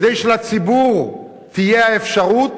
כדי שלציבור תהיה האפשרות.